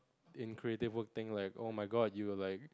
in creative work think like oh my god you are like